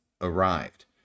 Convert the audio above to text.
arrived